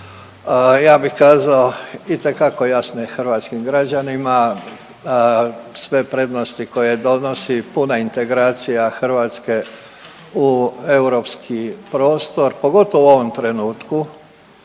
ja bih kazao itekako jasne hrvatskim građanima. Sve prednosti koje donosi puna integracija Hrvatske u europski prostor pogotovo u ovom trenutku